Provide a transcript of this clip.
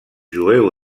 jueu